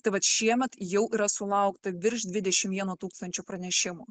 tai vat šiemet jau yra sulaukta virš dvidešim vieno tūkstančio pranešimų